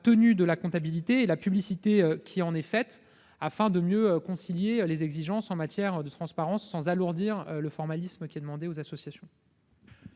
tenue de la comptabilité et la publicité qui en est faite, afin de mieux respecter les exigences en matière de transparence sans pour autant alourdir le formalisme demandé aux associations.